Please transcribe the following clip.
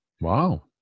Wow